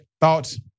Thoughts